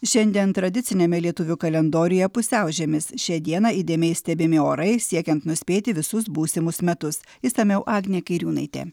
šiandien tradiciniame lietuvių kalendoriuje pusiaužiemis šią dieną įdėmiai stebimi orai siekiant nuspėti visus būsimus metus išsamiau agnė kairiūnaitė